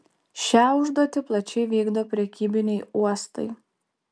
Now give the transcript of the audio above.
šią užduotį plačiai vykdo prekybiniai uostai